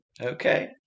Okay